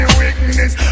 weakness